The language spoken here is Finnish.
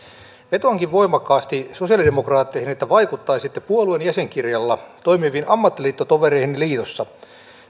vetoankin voimakkaasti sosialidemokraatteihin että vaikuttaisitte puolueen jäsenkirjalla toimiviin ammattiliittotovereihinne liitoissa